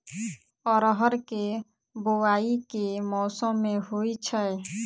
अरहर केँ बोवायी केँ मौसम मे होइ छैय?